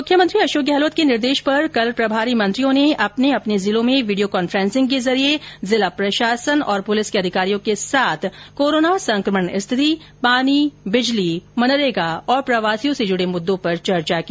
मुख्यमंत्री अशोक गहलोत के निर्देश पर कल प्रभारी मंत्रियों ने अपने अपने जिलों में वीडियो काफ्रेंसिंग के जरिये जिला प्रशासन और पुलिस के अधिकारियों के साथ कोरोना संकमण स्थिति पानी बिजली मनरेगा और प्रवासियों से जुडे मुद्दों पर चर्चा की